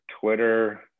Twitter